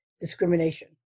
discrimination